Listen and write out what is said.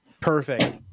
Perfect